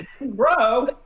bro